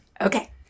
okay